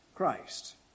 Christ